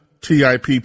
TIPP